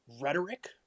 rhetoric